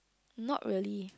not really